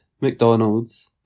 McDonald's